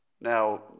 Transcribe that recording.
Now